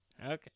okay